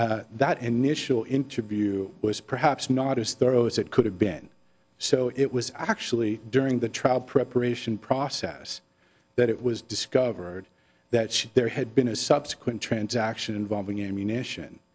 f that initial interview was perhaps not as thorough as it could have been so it was actually during the trial preparation process that it was discovered that there had been a subsequent transaction involving ammunition